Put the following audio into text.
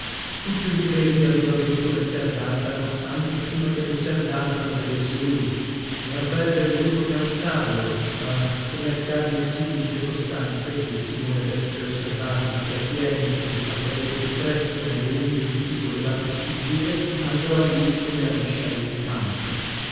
tuccio di credi aveva veduto messer dardano anche prima che messer dardano vedesse lui e avrebbe voluto cansarlo ma come accade in simili circostanze che il timore d'essere osservati vi trattiene e vi fa cadere più presto nelle unghie di chi volevate sfuggire andò a lui come la biscia all'incanto